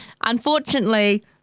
Unfortunately